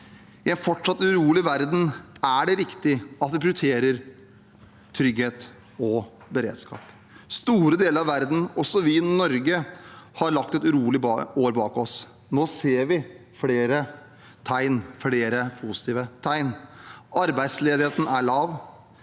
I en fortsatt urolig verden er det riktig at vi prioriterer trygghet og beredskap. Store deler av verden, også vi i Norge, har lagt et urolig år bak oss. Nå ser vi flere positive tegn. Arbeidsledigheten er lav,